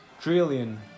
trillion